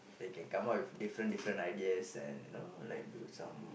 they can come up with different different ideas and you know do some